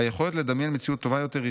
היכולת לדמיין מציאות טובה יותר היא